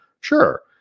Sure